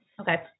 okay